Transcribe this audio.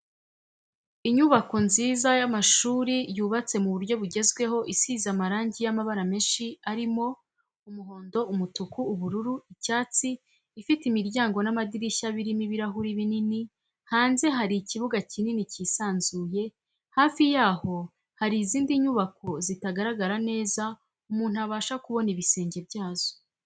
Inyubako nziza y'amashuri yubatse mu buryo bugezweho isize amarangi y'amabara menshi arimo umuhondo. umutuku, ubururu, icyatsi, ifite imiryango n'amadirishya birimo ibirahuri binini, hanze hari ikibuga kinini kisanzuye, hafi yaho hari izindi nyubako zitaharagara neza umuntu abasha kubona ibisenge byazo.